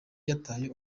yataye